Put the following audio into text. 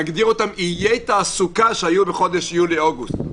נגדיר אותן "איי תעסוקה שהיו בחודשי יולי-אוגוסט".